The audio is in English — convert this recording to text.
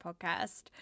Podcast